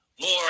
more